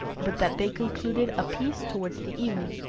but that they concluded a peace towards the evening,